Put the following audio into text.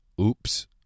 oops